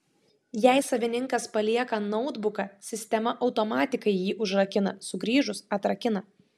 jei savininkas palieka noutbuką sistema automatikai jį užrakina sugrįžus atrakina